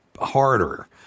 harder